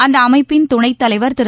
அந்த அமைப்பின் துணைத் தலைவர் திரு